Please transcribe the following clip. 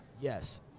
Yes